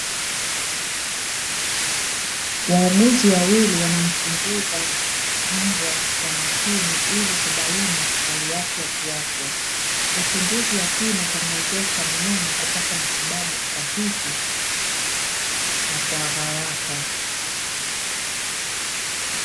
Wauguzi wawili wanamchunguza mbwa kwa makini ili kubaini hali yake ya kiafya. Uchunguzi wa kina humuwezesha mnyama kupata matibabu sahihi na kwa haraka.